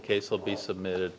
case will be submitted